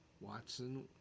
Watson